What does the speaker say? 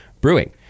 brewing